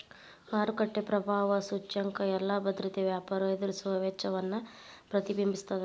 ಮಾರುಕಟ್ಟೆ ಪ್ರಭಾವ ಸೂಚ್ಯಂಕ ಎಲ್ಲಾ ಭದ್ರತೆಯ ವ್ಯಾಪಾರಿ ಎದುರಿಸುವ ವೆಚ್ಚವನ್ನ ಪ್ರತಿಬಿಂಬಿಸ್ತದ